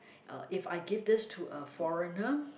uh if I give this to a foreigner